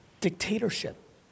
Dictatorship